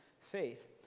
faith